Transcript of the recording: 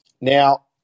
Now